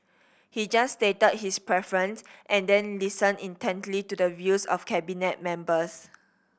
he just stated his preference and then listened intently to the views of Cabinet members